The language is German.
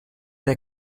der